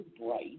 bright